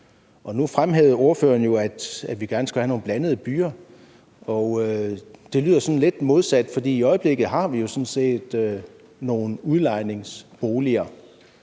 Nu fremhævede ordføreren jo, at vi gerne skulle have nogle blandede byer, og det lyder sådan lidt modsætningsfyldt, fordi vi i øjeblikket sådan set har nogle udlejningsboliger.